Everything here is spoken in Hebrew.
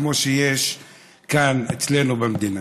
כמו שיש כאן אצלנו במדינה.